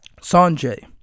Sanjay